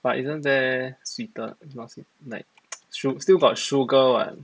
but isn't there sweeter like not say like still got sugar what